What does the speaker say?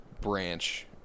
branch